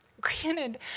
Granted